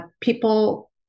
people